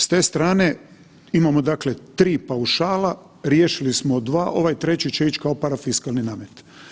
S te strane imamo dakle tri paušala, riješili smo dva, ovaj treći će ići kao parafiskalni namet.